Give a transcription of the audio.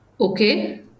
Okay